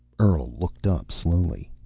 earl looked up slowly.